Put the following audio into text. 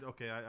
Okay